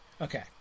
Okay